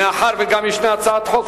מאחר שיש גם הצעת חוק,